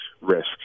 risk